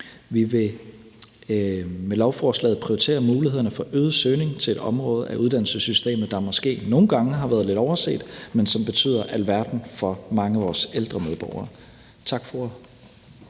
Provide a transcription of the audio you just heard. Vi vil med lovforslaget prioritere mulighederne for en øget søgning til et område af uddannelsessystemet, der måske nogle gange har været lidt overset, men som betyder alverden for mange af vores ældre medborgere. Tak for